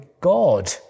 God